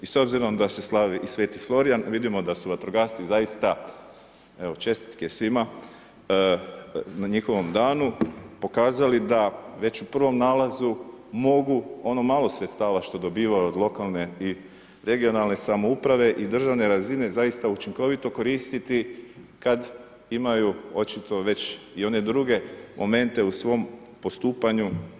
I s obzirom da se slavi i sv. Florijan vidimo da su vatrogasci zaista, evo čestitke svima na njihovom danu, pokazali da već u prvom nalazu mogu ono malo sredstava što dobiva od lokalne i regionalne samouprave i državne razine zaista učinkovito koristiti kada imaju očito već i one druge momente u svom postupanju.